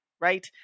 right